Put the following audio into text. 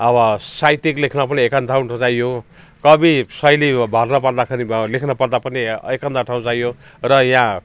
अब साहित्यिक लेख्न पनि एकान्त ठाउँ चाहियो कवि शैली भर्नपर्दाखेरि भ लेख्नपर्दा पनि एकान्त ठाउँ चाहियो र यहाँ